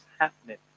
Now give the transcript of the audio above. happening